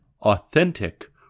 authentic